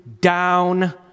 down